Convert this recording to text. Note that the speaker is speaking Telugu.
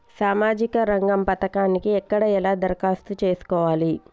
సామాజిక రంగం పథకానికి ఎక్కడ ఎలా దరఖాస్తు చేసుకోవాలి?